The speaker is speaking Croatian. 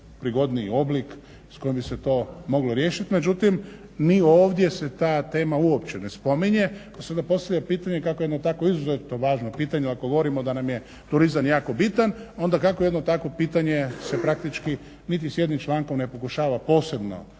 najprigodniji oblik s kojim bi se to moglo riješit. Međutim, ovdje se ta tema uopće ne spominje pa se onda postavlja pitanje kako jedno tako izuzetno važno pitanje, a govorimo da nam je turizam jako bitan, onda kako jedno tako pitanje se praktički niti s jednim člankom ne pokušava posebno